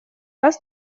раз